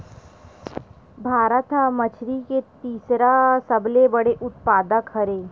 भारत हा मछरी के तीसरा सबले बड़े उत्पादक हरे